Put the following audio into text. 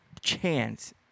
chance